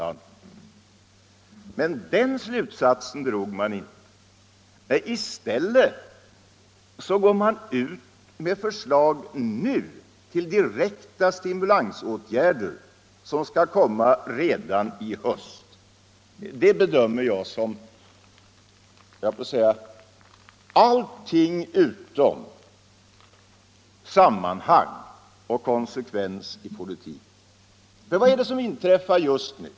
Men den slutsatsen drog man inte. I stället går man nu ut med förslag till direkta stimulansåtgärder, som skall komma redan i höst. Det bedömer jag som allt annat än sammanhang och konsekvens i politiken. Vad är det som inträffar just nu?